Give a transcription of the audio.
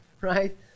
right